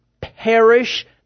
perish